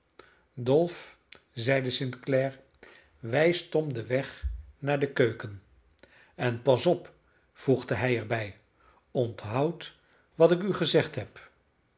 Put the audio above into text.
dolf zeide st clare wijs tom den weg naar de keuken en pas op voegde hij er bij onthoud wat ik u gezegd heb